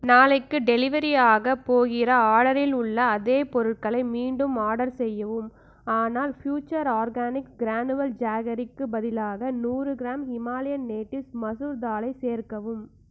நாளைக்கு டெலிவரியாக போகிற ஆர்டரில் உள்ள அதே பொருட்களை மீண்டும் ஆர்டர் செய்யவும் ஆனால் ஃபுயூச்சர் ஆர்கானிக்ஸ் கிரானுவல் ஜாகரிக்கு பதிலாக நூறு கிராம் ஹிமாலயன் நேட்டிவ்ஸ் மசூர் தாலை சேர்க்கவும்